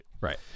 Right